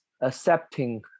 accepting